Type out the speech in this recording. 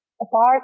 apart